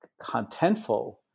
contentful